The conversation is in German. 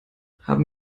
haben